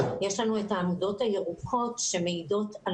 יש לנו את העמודות הירוקות שמעידות על